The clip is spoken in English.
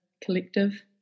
collective